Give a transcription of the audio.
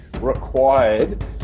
required